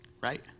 right